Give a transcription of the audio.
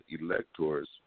electors